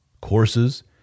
courses